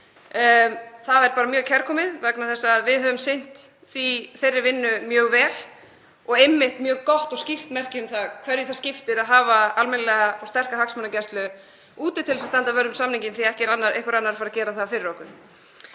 Það er bara mjög kærkomið vegna þess að við höfum sinnt þeirri vinnu mjög vel og er einmitt mjög gott og skýrt merki um það hverju það skiptir að hafa almennilega og sterka hagsmunagæslu úti til að standa vörð um samninginn því að ekki er einhver annar að fara gera það fyrir okkur.